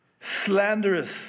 slanderous